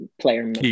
player